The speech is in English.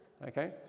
Okay